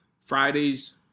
Fridays